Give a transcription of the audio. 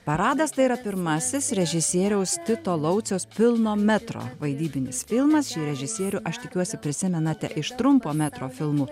paradas tai yra pirmasis režisieriaus tito lauciaus pilno metro vaidybinis filmas režisierių aš tikiuosi prisimenate iš trumpo metro filmų